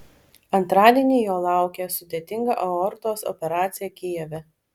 antradienį jo laukė sudėtinga aortos operacija kijeve